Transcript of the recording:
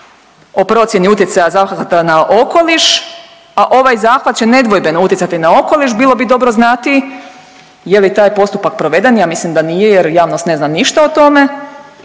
procjeni utjecaja zahvata na okoliš, a ovaj zahvat će nedvojbeno utjecati na okoliš bilo bi dobro znati je li taj postupak proveden, ja mislim da nije jer javnost ne zna ništa o tome